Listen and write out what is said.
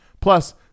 Plus